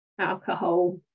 alcohol